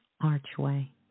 archway